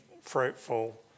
fruitful